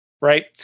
right